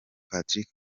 patrick